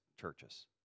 churches